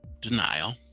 Denial